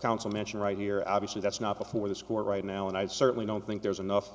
counsel mention right here obviously that's not before this court right now and i certainly don't think there's enough